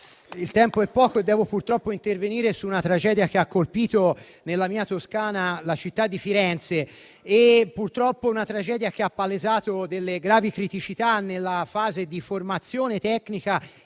Il tempo è poco e devo purtroppo intervenire su una tragedia che ha colpito, nella mia Toscana, la città di Firenze. Una tragedia che purtroppo ha palesato gravi criticità nella fase di formazione tecnica